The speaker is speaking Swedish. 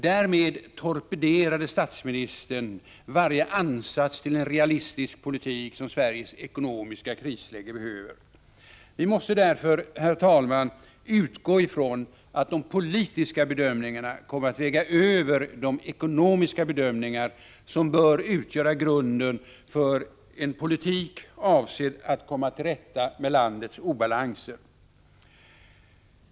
Därmed torpederade statsministern varje ansats till den realistiska politik som Sveriges ekonomiska läge behöver. Vi måste därför, herr talman, utgå ifrån att de politiska bedömningarna kommer att väga över de ekonomiska bedömningar som bör utgöra grunden för en politik avsedd att komma till rätta med landets obalanser.